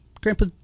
Grandpa